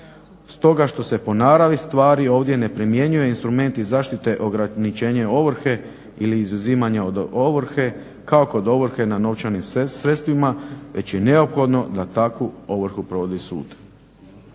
stoga što se po naravi stvari ovdje ne primjenjuju instrumenti zaštite ograničenja ovrhe ili izuzimanja od ovrhe, kao kod ovrhe na novčanim sredstvima, već je neophodno da takvu ovrhu provodi sud.